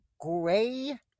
Gray